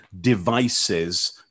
devices